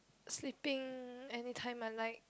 sleeping anytime I like